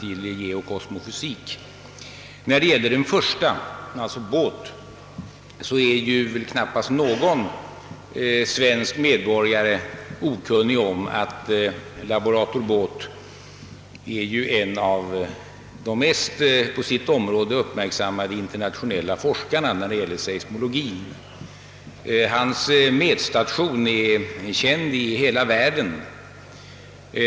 I fråga om den första kan sägas att knappast någon svensk medborgare är okunnig om att laborator Båth på sitt område är en av de mest uppmärksammade internationella forskarna när det gäller seismologi. Hans mätstation är känd i hela världen.